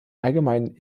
allgemeinen